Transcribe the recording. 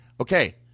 Okay